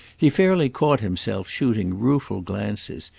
he fairly caught himself shooting rueful glances,